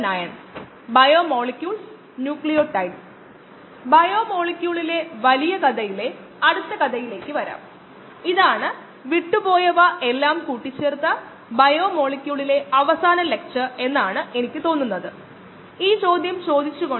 നമ്മൾ മൊഡ്യൂൾ 2 ലാണ് അത് ബയോ റിയാക്ടറുകളിൽ നിന്നുള്ള രണ്ട് പ്രധാന ഫലങ്ങൾ ബയോമാസ് ഉൽപ്പന്നങ്ങൾ എൻസൈമുമായി ബന്ധപ്പെട്ട ചില വശങ്ങൾ എൻസൈം പ്രതിപ്രവർത്തനങ്ങളിൽ നിന്നുള്ള ഉൽപ്പന്നങ്ങൾ എന്നിവ പരിശോധിക്കുന്നു